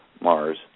Mars